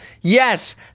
yes